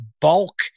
bulk